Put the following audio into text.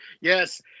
Yes